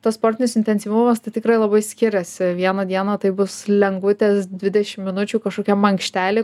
tas sportinis intensyvumas tikrai labai skiriasi vieną dieną tai bus lengvutės dvidešim minučių kažkokia mankštelė